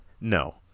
No